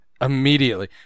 immediately